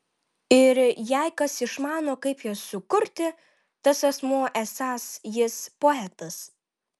ir jei kas išmano kaip ją sukurti tas asmuo esąs jis poetas